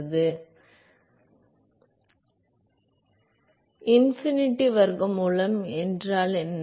nu x இன் இன்ஃபினிட்டியின் வர்க்கமூலம் என்ன